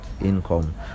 income